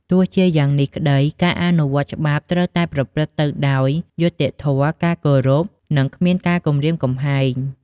ទោះជាយ៉ាងនេះក្ដី ការអនុវត្តច្បាប់ត្រូវតែប្រព្រឹត្តទៅដោយ យុត្តិធម៌ ការគោរព និង គ្មានការគំរាមកំហែង។